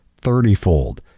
thirtyfold